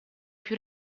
più